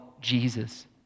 Jesus